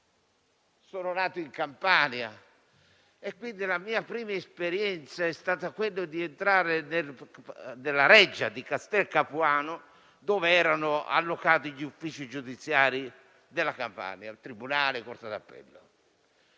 sono nato in Campania e quindi la mia prima esperienza è stata quella di entrare nella reggia di Castel Capuano, dove erano allocati gli uffici giudiziari della Campania (tribunale, corte d'appello).